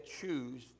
choose